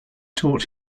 taught